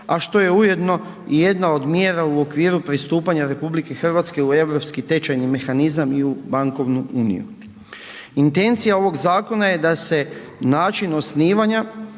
a što je ujedno i jedna od mjera u okviru pristupanja RH u europski tečajni mehanizam i bankovnu uniju. Intencija ovog zakona je da se način osnivanja,